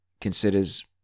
considers